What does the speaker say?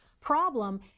problem